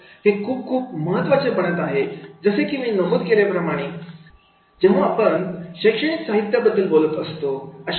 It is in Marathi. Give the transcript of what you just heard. हे खूप खूप महत्त्वाचे बनत आहे जसे की मी नमूद केले जेव्हा प्राणी शैक्षणिक साहित्याबद्दल बोलत असतो